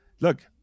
look